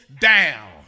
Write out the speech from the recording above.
down